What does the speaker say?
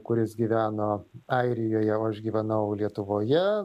kuris gyveno airijoje o aš gyvenau lietuvoje